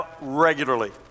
regularly